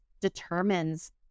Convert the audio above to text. determines